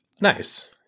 nice